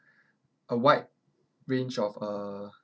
a wide range of uh